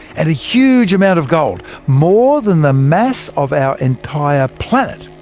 and a huge amount of gold more than the mass of our entire planet!